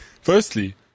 Firstly